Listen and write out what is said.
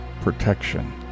protection